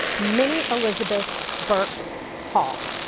minnie elizabeth burke hall.